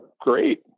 great